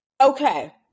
Okay